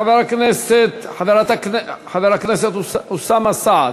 חבר הכנסת אוסאמה סעדי,